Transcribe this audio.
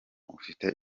ufite